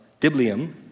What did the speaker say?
Diblium